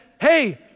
Hey